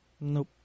Nope